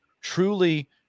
truly